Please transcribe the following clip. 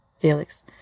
Felix